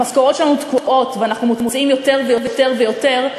המשכורות שלנו תקועות ואנחנו מוציאים ויותר ויותר ויותר,